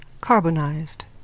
carbonized